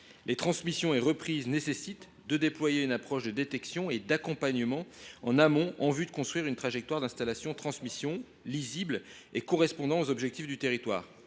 Les transmissions et les reprises d’exploitations nécessitent de déployer une approche de détection et d’accompagnement en amont, en vue de construire des trajectoires d’installation et de transmission lisibles et correspondant aux objectifs du territoire.